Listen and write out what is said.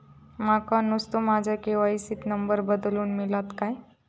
माका नुस्तो माझ्या के.वाय.सी त नंबर बदलून मिलात काय?